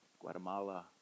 Guatemala